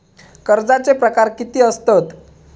कर्जाचे प्रकार कीती असतत?